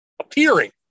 appearing